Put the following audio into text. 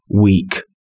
weak